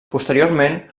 posteriorment